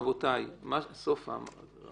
רבותי, סופה.